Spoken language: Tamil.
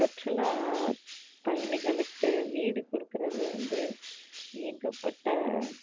சுற்றுலா பயணிகளுக்கு வீடு கொடுக்குறது வந்து ஏகப்பட்ட